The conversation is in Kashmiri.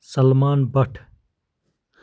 سَلمان بَٹ